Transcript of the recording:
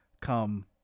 come